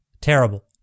terrible